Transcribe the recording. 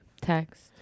Text